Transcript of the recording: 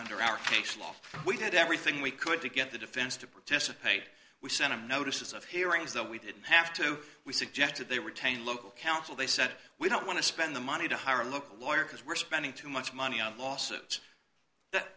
under our case law we did everything we could to get the defense to participate we sent a notice of hearings that we didn't have to we suggested they retained local counsel they said we don't want to spend the money to hire a local lawyer because we're spending too much money on lawsuits that